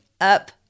up